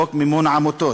חוק מימון עמותות,